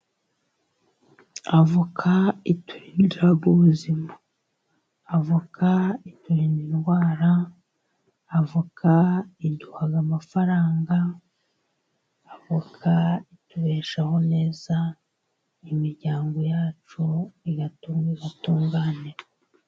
Avoka iturindira ubuzima, avoka iturinda indwara, avoka iduha amafaranga, avoka itubeshaho neza n'imiryango yacu igatunga igatunganirwa.